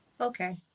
Okay